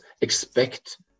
expect